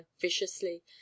viciously